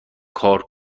کار